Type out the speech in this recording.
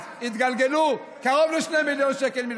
----- התגלגלו קרוב ל-2 מיליון שקל מלגות,